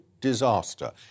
disaster